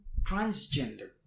transgender